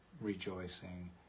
rejoicing